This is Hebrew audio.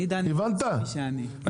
לא